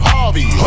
Harvey